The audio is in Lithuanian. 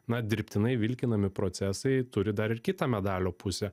na dirbtinai vilkinami procesai turi dar ir kitą medalio pusę